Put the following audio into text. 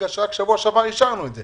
כי רק שבוע שעבר אישרנו את זה.